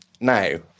Now